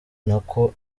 nako